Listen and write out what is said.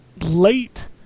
late